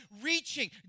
Reaching